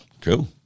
Cool